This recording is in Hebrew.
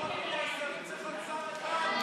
לממשלה נתקבלה.